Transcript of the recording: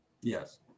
Yes